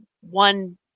one